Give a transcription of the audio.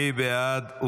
מי בעד?